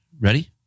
Ready